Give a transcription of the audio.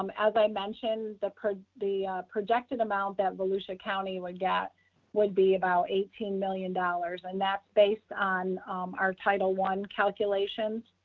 um as i mentioned, the per the projected amount that volusia county would get would be about eighteen million dollars. and that's based on our title one calculations.